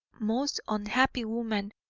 most unhappy woman,